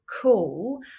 cool